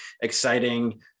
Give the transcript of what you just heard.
exciting